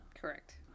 Correct